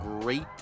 great